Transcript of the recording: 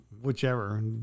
whichever